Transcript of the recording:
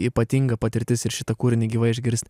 ypatinga patirtis ir šitą kūrinį gyvai išgirst